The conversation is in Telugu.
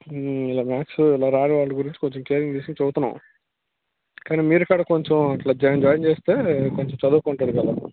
ఇలా మాథ్స్ ఇలా రాని వాళ్ళ గురించి కొంచం కేర్ తీసుకోమని చెబుతున్నాము కానీ మీరు కూడా కొంచం అట్లా జాయిన్ చేస్తే కొంచం చదువుకుంటాడు కదా